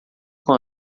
com